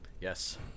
Yes